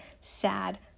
sad